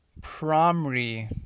primary